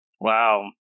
Wow